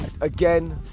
again